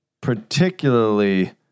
particularly